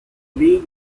league